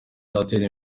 byatera